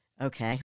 Okay